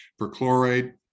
perchlorate